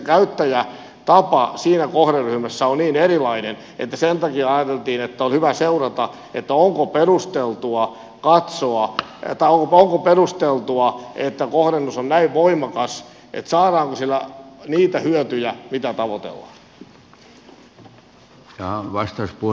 elikkä se käyttäjätapa siinä kohderyhmässä on niin erilainen että sen takia ajateltiin että on hyvä seurata onko perusteltua maksua ei taulu on perusteltua että kohdennus on näin voimakas saadaanko sillä niitä hyötyjä mitä tavoitellaan